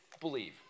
believe